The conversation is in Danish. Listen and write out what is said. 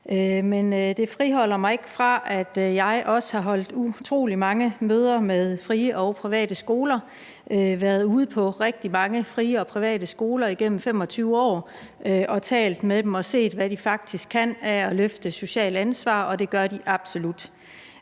men det afholder mig ikke fra at sige, at jeg også har holdt utrolig mange møder med frie og private skoler og været ude på rigtig mange frie og private skoler igennem 25 år og talt med dem og set, hvad de faktisk kan løfte af socialt ansvar, og det gør de absolut.